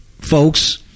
folks